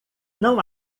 não